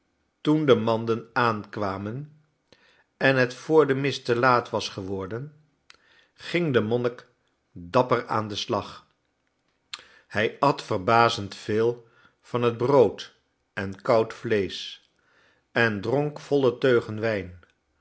toen de manden aankwamen en het voor de mis te laat was geworden ging de monnik dapper aan den slag hij at verbazend veel van het brood en koud vleesch en dronk voile teugen wijn